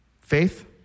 Faith